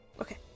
Okay